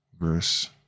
verse